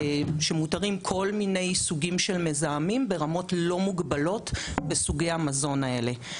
שמותרים כל מיני סוגים של מזהמים ברמות לא מוגבלות בסוגי המזון האלה.